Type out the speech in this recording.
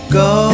go